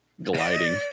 gliding